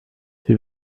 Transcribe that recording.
wie